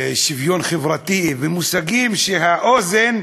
שוויון חברתי, ומושגים שהאוזן,